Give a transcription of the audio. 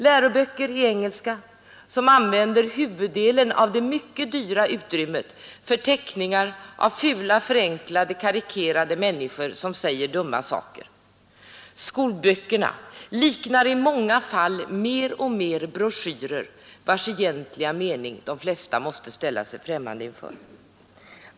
Läroböcker i engelska använder huvuddelen av det mycket dyra utrymmet för teckningar av fula, förenklade, karikerade människor som säger dumma saker. Skolböckerna liknar i många fall mer och mer broschyrer, vilkas egentliga mening de flesta måste stå främmande för.